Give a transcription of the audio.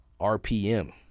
RPM